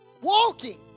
walking